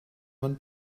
man